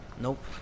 Nope